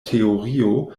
teorio